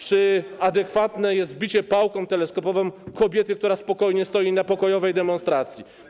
Czy adekwatne jest bicie pałką teleskopową kobiety, która spokojnie stoi na pokojowej demonstracji?